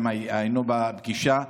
היינו בפגישה,